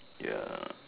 ya